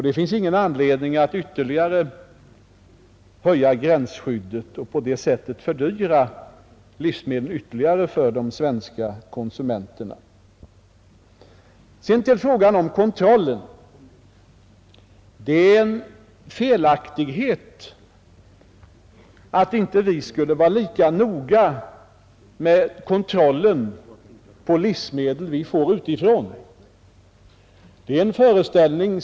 Det finns ingen anledning att ytterligare höja gränsskyddet och på det sättet fördyra livsmedlen ännu mer för de svenska konsumenterna. Jag vill sedan ta upp frågan om kontrollen. Det är en felaktighet att vi inte skulle vara lika noggranna med kontrollen på livsmedel som vi får utifrån som vi är med landets egna produkter.